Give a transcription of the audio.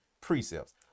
precepts